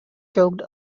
cooked